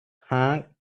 hung